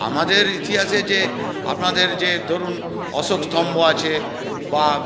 আমাদের ইতিহাসে যে আপনাদের যে ধরুন অশোক স্তম্ভ আছে বা